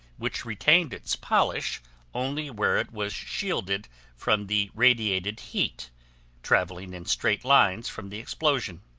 which retained its polish only where it was shielded from the radiated heat travelling in straight lines from the explosion.